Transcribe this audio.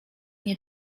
nie